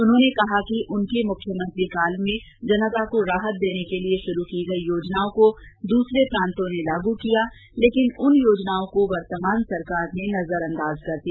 उन्होने कहा कि उनके मुख्यमंत्री काल में जनता को राहत देने के लिये शुरू की गई योजनाओं को दूसरे प्रान्तों ने लागू किया लेकिन उन योजनाओं को वर्तमान सरकार ने नजरअंदाज कर दिया